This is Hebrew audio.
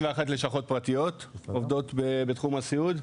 91 לשכות פרטיות עובדות בתחום הסיעוד.